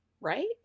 Right